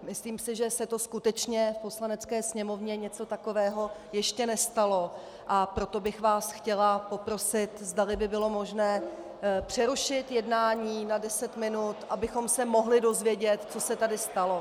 Myslím si, že se skutečně v Poslanecké sněmovně něco takového ještě nestalo, a proto bych vás chtěla poprosit, zda by bylo možné přerušit jednání na deset minut, abychom se mohli dozvědět, co se tu stalo.